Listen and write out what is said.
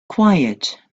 quiet